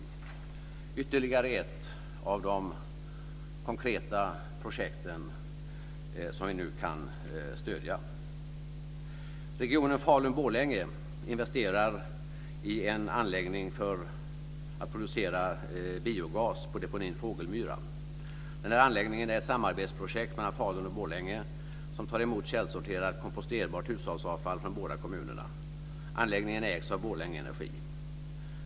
Det är ytterligare ett av de konkreta projekt som vi nu kan stödja. Regionen Falun-Borlänge investerar i en anläggning för att producera biogas på deponin Fågelmyra. Den här anläggningen är ett samarbetsprojekt mellan Falun och Borlänge och tar emot källsorterat, komposterbart hushållsavfall från båda kommunerna.